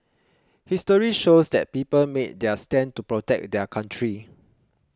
history shows that people made their stand to protect their country